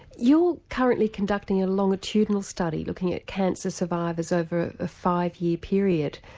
you're currently conducting a longitudinal study looking at cancer survivors over a five year period.